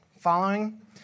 Following